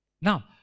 Now